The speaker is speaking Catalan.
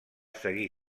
seguir